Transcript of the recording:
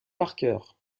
parker